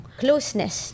closeness